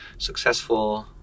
successful